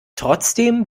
trotzdem